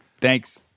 Thanks